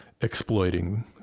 exploiting